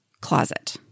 closet